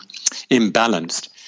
imbalanced